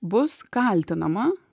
bus kaltinama